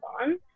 on